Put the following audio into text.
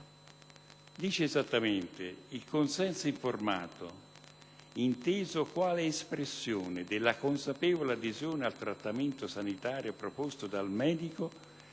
dice esattamente che il consenso informato, inteso quale espressione della consapevole adesione al trattamento sanitario proposto dal medico,